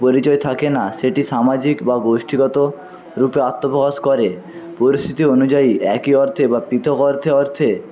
পরিচয় থাকে না সেটি সামাজিক বা গোষ্ঠীগতরূপে আত্মপ্রকাশ করে পরিস্থিতি অনুযায়ী একই অর্থে বা পৃথক অর্থে অর্থে